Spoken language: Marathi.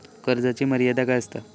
कर्जाची मर्यादा काय असता?